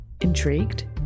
Intrigued